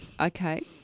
Okay